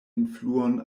influon